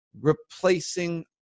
replacing